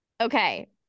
Okay